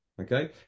Okay